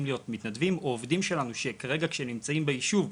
להיות מתנדבים או עובדים שלנו שכרגע כשנמצאים בישוב,